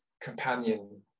companion